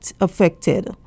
affected